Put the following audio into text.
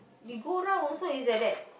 you go round is also like that